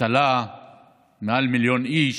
אבטלה של מעל מיליון איש,